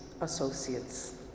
associates